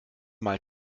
mal